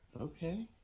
Okay